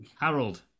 Harold